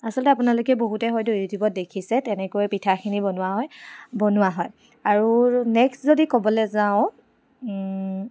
আচলতে আপোনালোকে বহুতে হয়তো ইউটিউবত দেখিছে তেনেকৈ পিঠাখিনি বনোৱা হয় বনোৱা হয় আৰু নেক্সট যদি ক'বলৈ যাওঁ